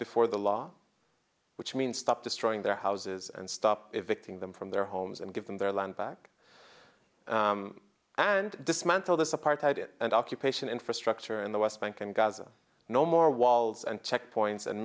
before the law which means stop destroying their houses and stop evicting them from their homes and give them their land back and dismantle this apartheid and occupation infrastructure in the west bank and gaza no more walls and checkpoints and